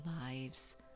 lives